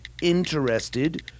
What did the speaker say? interested